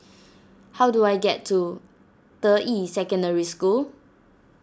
how do I get to Deyi Secondary School